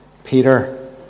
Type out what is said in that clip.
Peter